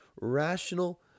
rational